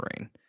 rain